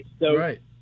right